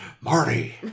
Marty